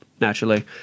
naturally